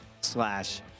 slash